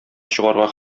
чыгарга